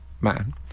man